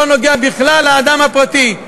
לא נוגע בכלל לאדם הפרטי.